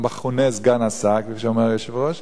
המכונה "סגן השר", כפי שאומר היושב-ראש: